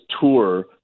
tour